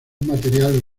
material